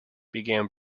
began